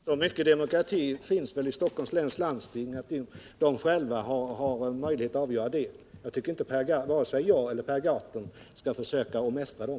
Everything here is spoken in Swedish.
Herr talman! Så mycket demokrati finns det väl i Stockholms läns landsting att de själva har möjlighet att avgöra den saken. Jag tycker inte att vare sig jag eller Per Gahrton skall försöka att mästra dem.